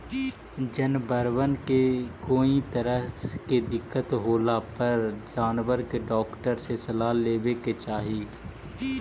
जनबरबन के कोई तरह के दिक्कत होला पर जानबर के डाक्टर के सलाह लेबे के चाहि